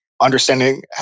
understanding